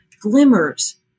glimmers